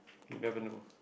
never know